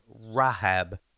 Rahab